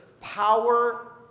power